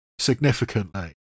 significantly